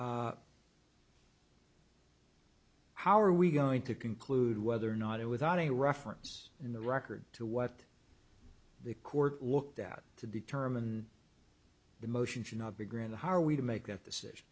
how are we going to conclude whether or not it without any reference in the record to what the court looked at to determine the motion should not be green the how are we to make that decision